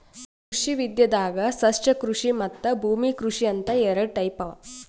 ಕೃಷಿ ವಿದ್ಯೆದಾಗ್ ಸಸ್ಯಕೃಷಿ ಮತ್ತ್ ಭೂಮಿ ಕೃಷಿ ಅಂತ್ ಎರಡ ಟೈಪ್ ಅವಾ